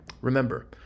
remember